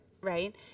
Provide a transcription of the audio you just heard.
right